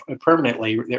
permanently